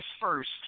first